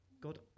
God